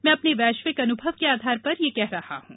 मैं अपने वैश्विक अनुभव के आधार पर यह कह रहा हूं